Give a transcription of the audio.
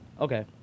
Okay